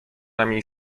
najmniej